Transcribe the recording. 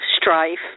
strife